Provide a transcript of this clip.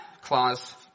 clause